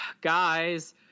guys